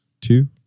two